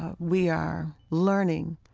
ah we are learning,